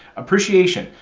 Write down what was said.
appreciation.